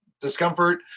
discomfort